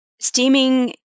steaming